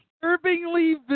disturbingly